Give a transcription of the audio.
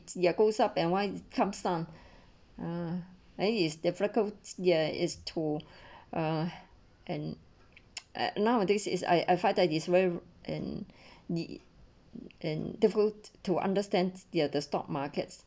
ya goes up and why it come down ah then it is difficult there is too uh and uh nowadays is I I felt that is very and need and difficult to understand their the stock markets